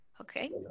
okay